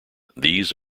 these